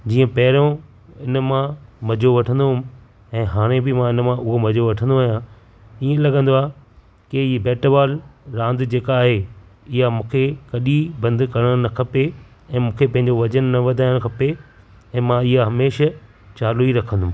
जीअं पहिरों हिन मां मज़ो वठंदो हुअमि ऐं हाणे बि मां हिन मां उहो मज़ो वठंदो आहियां इहो लॻंदो आहे कि बेट बोल रांदि जेका आहे इहा मूंखे कढी बंदि करणु न खपे ऐं मूंखे पंहिंजो वज़न न वधाइदड़ खपे ऐं मां हीअं हमेशह चालू ई रखंदमि